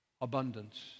Abundance